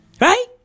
Right